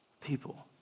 people